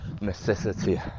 necessity